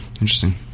Interesting